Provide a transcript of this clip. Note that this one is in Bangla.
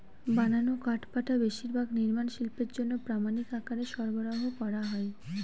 বানানো কাঠপাটা বেশিরভাগ নির্মাণ শিল্পের জন্য প্রামানিক আকারে সরবরাহ করা হয়